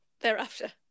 thereafter